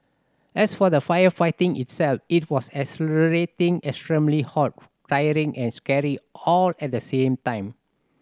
as for the firefighting itself it was exhilarating extremely hot tiring and scary all at the same time